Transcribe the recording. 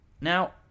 Now